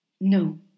No